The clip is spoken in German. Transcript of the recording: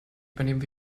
übernehmen